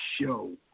show